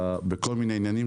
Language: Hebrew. בכל מיני עניינים,